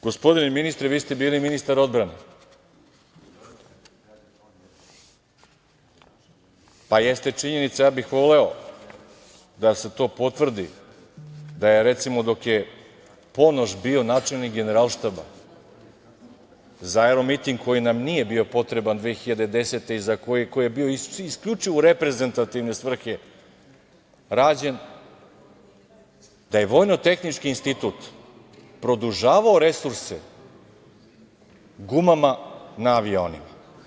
Gospodine ministre, vi ste bili ministar odbrane, pa jeste činjenica, a ja bih voleo da se to potvrdi da je recimo, dok je Ponoš bio načelnik Generalštaba za aero miting koji nam nije bio potreban 2010. godine i koji je bio isključivo u reprezentativne svrhe rađen, da je Vojno-tehnički institut produžavao resurse gumama na avionima.